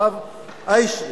הרב היישריק,